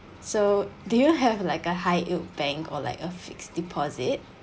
so do you have like a high yield bank or like a fixed deposit